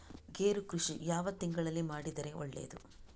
ಗೇರು ಕೃಷಿ ಯಾವ ತಿಂಗಳಲ್ಲಿ ಮಾಡಿದರೆ ಒಳ್ಳೆಯದು?